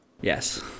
Yes